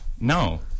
No